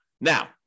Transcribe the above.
Now